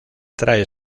trae